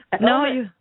No